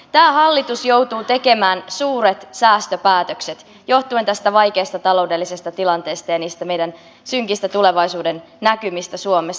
tämä hallitus joutuu tekemään suuret säästöpäätökset johtuen tästä vaikeasta taloudellisesta tilanteesta ja niistä meidän synkistä tulevaisuudennäkymistä suomessa